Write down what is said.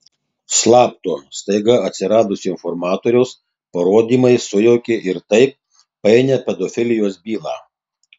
slapto staiga atsiradusio informatoriaus parodymai sujaukė ir taip painią pedofilijos bylą